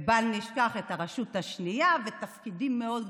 ובל נשכח את הרשות השנייה ותפקידים מאוד גדולים.